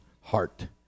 heart